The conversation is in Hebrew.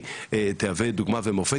היא תהווה דוגמא ומופת.